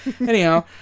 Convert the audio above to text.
Anyhow